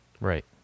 Right